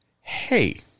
hey